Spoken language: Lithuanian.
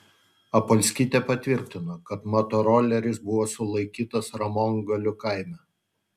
apolskytė patvirtino kad motoroleris buvo sulaikytas ramongalių kaime